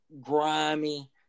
grimy